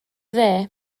dde